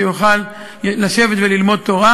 שיוכל לשבת וללמוד תורה.